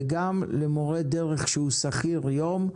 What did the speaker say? וגם למורה דרך שהוא שכיר יום,